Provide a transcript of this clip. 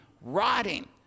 rotting